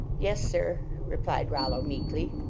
yes sir, replied rollo, meekly.